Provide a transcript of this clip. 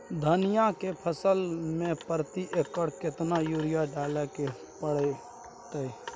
धनिया के फसल मे प्रति एकर केतना यूरिया डालय के परतय?